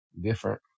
different